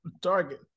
Target